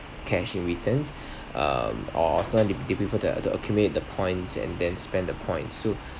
cash in returns um alternative if you prefer to uh accumulate the points and then spend the points so